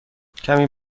کمی